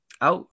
out